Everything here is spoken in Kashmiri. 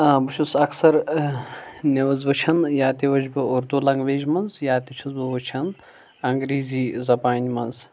بہٕ چھُس اَکثر نِوٕز وٕچھان یا تہِ وٕچھِ بہٕ اردوٗ لنٛگویج منٛز یا تہِ چھُس بہٕ وٕچھان انٛگریٖزی زَبانہِ منٛز